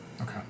Okay